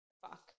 Fuck